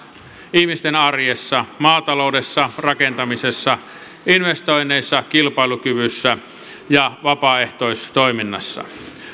ihmisten arjessa maataloudessa rakentamisessa investoinneissa kilpailukyvyssä ja vapaaehtoistoiminnassa